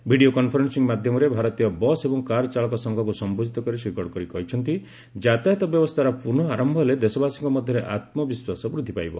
video conferencing ମାଧ୍ୟମରେ ଭାରତୀୟ bus ଏବଂ କାର୍ ଚାଳକ ସଂଘକୁ ସମ୍ଘୋଧିତ କରି ଶ୍ରୀ ଗଡ଼କରୀ କହିଛନ୍ତି ଯାତାୟାତ ବ୍ୟବସ୍ଥାର ପୁନଃ ଆରମ୍ଭ ହେଲେ ଦେଶବାସୀଙ୍କ ମଧ୍ୟରେ ଆତ୍ମବିଶ୍ୱାସ ବୃଦ୍ଧି ପାଇବ